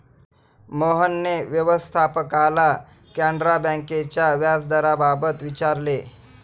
मोहनने व्यवस्थापकाला कॅनरा बँकेच्या व्याजदराबाबत विचारले